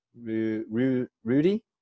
Rudy